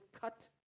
cut